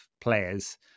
players